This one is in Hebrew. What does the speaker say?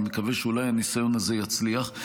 אני מקווה שאולי הניסיון הזה יצליח.